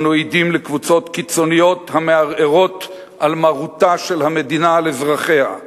אנו עדים לקבוצות קיצוניות המערערות על מרותה של המדינה על אזרחיה,